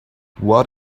what